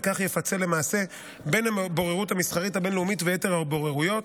וכך יפצל למעשה בין הבוררות המסחרית הבין-לאומית ויתר הבוררויות.